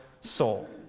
soul